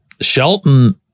Shelton